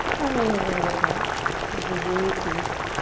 or maybe a little bit of both as you breathe deep.